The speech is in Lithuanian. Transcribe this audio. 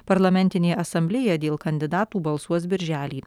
parlamentinė asamblėja dėl kandidatų balsuos birželį